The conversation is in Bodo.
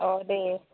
औ दे